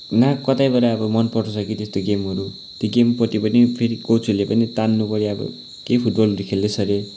ना कतैबाट अब मनपर्छ कि त्यस्तो गेमहरू त्यो गेमपट्टि पनि फेरि कोचहरूले पनि तान्नुपऱ्यो अब त्यही फुटबलहरू खल्दै छ अरे